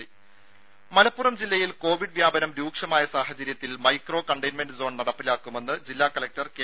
രുമ മലപ്പുറം ജില്ലയിൽ കൊവിഡ് വ്യാപനം രൂക്ഷമായ സാഹചര്യത്തിൽ മൈക്രോ കണ്ടെയ്ൻമെന്റ് സോൺ നടപ്പാക്കുമെന്ന് ജില്ലാ കലക്ടർ കെ